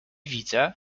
widzę